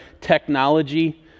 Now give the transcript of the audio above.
technology